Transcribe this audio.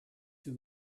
too